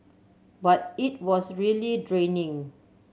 but it was really draining